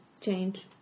change